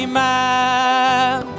man